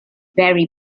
vary